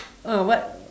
ah what